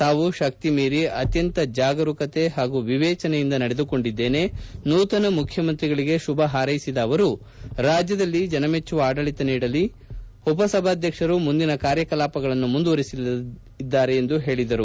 ಶಾವು ಶಕ್ತಿಮೀರಿ ಅತ್ಯಂತ ಜಾಗರೂಕತೆ ಪಾಗೂ ವಿವೇಚನೆಯಿಂದ ನಡೆದುಕೊಂಡಿದ್ದೇನೆ ನೂತನ ಮುಖ್ಯಮಂತ್ರಿಗಳಿಗೆ ಶುಭ ಪಾರೈಸಿದ ಅವರು ರಾಜ್ಯದಲ್ಲಿ ಜನಮೆಚ್ಚುವ ಆಡಳಿತ ನೀಡಲಿ ಉಪಸಭಾಧ್ವಕ್ಷರು ಮುಂದಿನ ಕಾರ್ಯಕಲಾಪಗಳನ್ನು ಮುಂದುವರೆಸಲಿದ್ದಾರೆ ಎಂದು ಹೇಳಿದರು